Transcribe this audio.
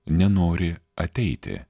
nenori ateiti